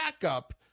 backup